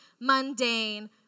mundane